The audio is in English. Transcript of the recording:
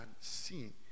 seen